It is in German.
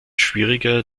schwieriger